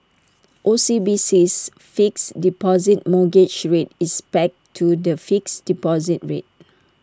OCBC's fixed deposit mortgage rate is pegged to the fixed deposit rate